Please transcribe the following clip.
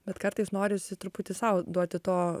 bet kartais norisi truputį sau duoti to